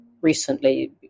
recently